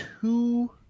two